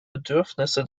bedürfnisse